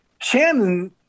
Shannon